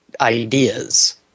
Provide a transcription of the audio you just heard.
ideas